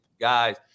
guys